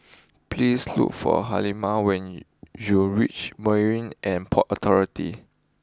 please look for Hilma when you reach Marine and Port Authority